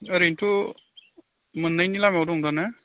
ओरैनोथ' मोननायनि लामायाव दंदा ना